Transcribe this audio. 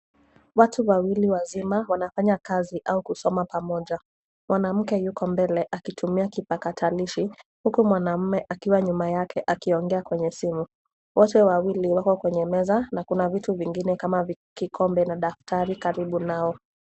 Watu Wawili wazima wana fanya kazi au kusoma pamoja. Mwanamke yuko mbele akitumia kipakatalishi huku mwanamme akiwa nyuma yake akiongea kwenye simu. Wote wawili wako kwenye meza na kuna vitu vingine kama vile kikombe na daftari karibu nao.